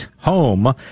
home